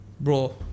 Bro